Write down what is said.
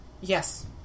Yes